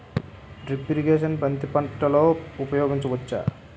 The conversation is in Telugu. డ్రిప్ ఇరిగేషన్ బంతి పంటలో ఊపయోగించచ్చ?